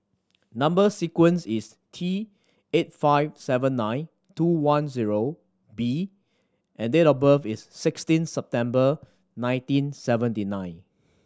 number sequence is T eight five seven nine two one zero B and date of birth is sixteen September nineteen seventy nine